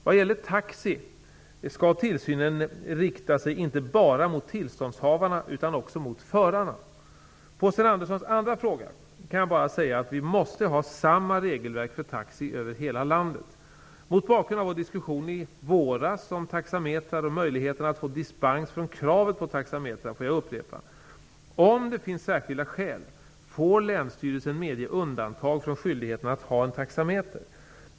Vad gäller taxi skall tillsynen rikta sig inte bara mot tillståndshavarna utan också mot förarna. På Sten Anderssons andra fråga kan jag bara säga att vi måste ha samma regelverk för taxi över hela landet. Mot bakgrund av vår diskussion i våras om taxametrar och möjligheterna att få dispens från kravet på taxametrar får jag upprepa: Om det finns särskilda skäl får Länsstyrelsen medge undantag från skyldigheten att ha en taxameter.